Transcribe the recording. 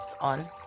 on